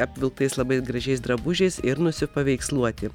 apvilktais labai gražiais drabužiais ir nusipaveiksluoti